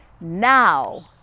Now